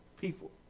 people